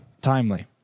timely